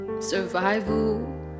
Survival